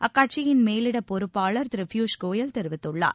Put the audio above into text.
அக்கட்சியின் மேலிடப் பொறுப்பாளர் திரு பியூஷ் கோயல் தெரிவித்துள்ளார்